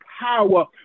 power